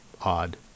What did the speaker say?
odd